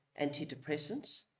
antidepressants